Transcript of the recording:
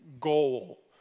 goal